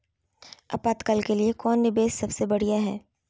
आपातकाल के लिए कौन निवेस सबसे बढ़िया है?